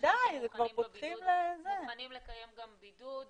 באנשים שמוזמנים לקיים גם בידוד -- בוודאי,